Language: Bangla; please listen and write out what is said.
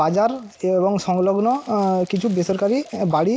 বাজার এবং সংলগ্ন কিছু বেসরকারি বাড়ি